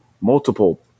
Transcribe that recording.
multiple